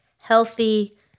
healthy